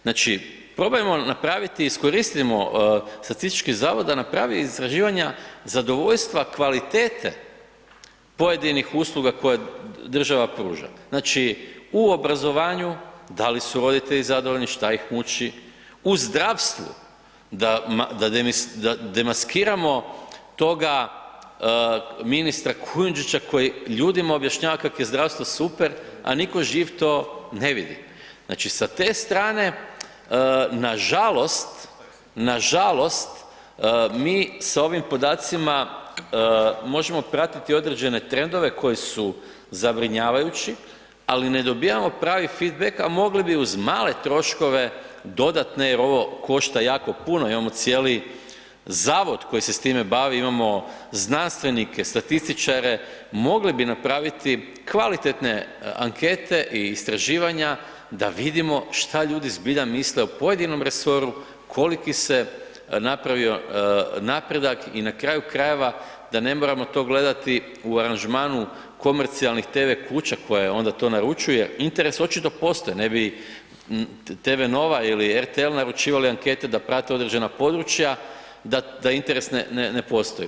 Znači iskoristimo statistički zavod da napravi istraživanja zadovoljstva kvalitete pojedinih usluga koje država pruža, znači u obrazovanju da li su roditelji zadovoljni, šta ih muči, u zdravstvu da demaskiramo toga ministra Kujundžića koji ljudima objašnjava kako je zdravstvo super, a nitko živ to ne vidi, znači sa te strane nažalost, nažalost mi s ovim podacima možemo pratiti određene trendove koji su zabrinjavajući, ali ne dobijamo pravi feed back, a mogli bi uz male troškove dodatne jer ovo košta jako puno, imamo cijeli zavod koji se s time bavi, imamo znanstvenike, statističare, mogli bi napraviti kvalitetne ankete i istraživanja da vidimo šta ljudi zbilja misle o pojedinom resoru, koliki se napravio napredak i na kraju krajeva da ne moramo to gledati u aranžmanu komercionalnih tv kuća koje onda to naručuje, interes očito postoji, ne bi TV Nova ili RTL naručivali ankete da prate određena područja, da interes ne postoji.